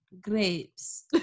grapes